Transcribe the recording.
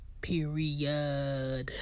Period